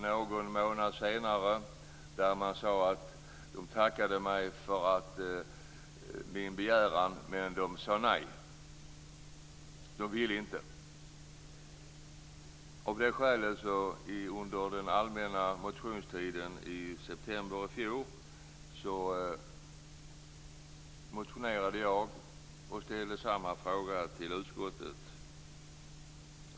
Någon månad senare tackade revisorerna för min begäran men jag fick ett nej. De ville inte. Av det skälet väckte jag en motion under allmänna motionstiden i september i fjol och ställde samma fråga till utskottet.